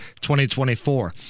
2024